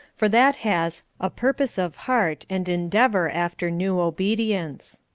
for that has a purpose of heart and endeavour after new obedience.